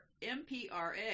MPRA